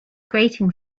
grating